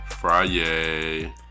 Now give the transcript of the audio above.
Friday